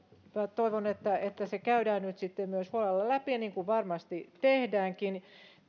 toivon että se käydään nyt sitten myös huolella läpi niin kuin varmasti tehdäänkin